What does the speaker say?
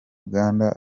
uganda